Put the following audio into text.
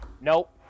nope